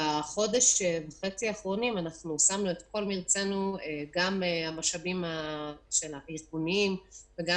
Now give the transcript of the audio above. בחודש וחצי האחרונים שמנו את כל מרצנו גם במשאבים יישומיים וגם